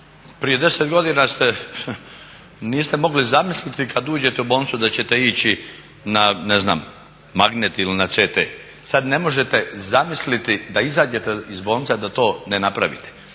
Prije 10 godina niste mogli zamisliti kada uđete u bolnicu da ćete ići na ne znam na magnet ili na CT. Sada ne možete zamisliti da izađete iz bolnice, a da to ne napravite